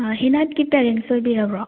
ꯍꯤꯂꯥꯠꯀꯤ parents ꯑꯣꯏꯕꯤꯔꯕꯣ